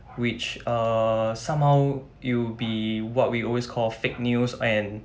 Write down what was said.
which err somehow it would be what we always call fake news and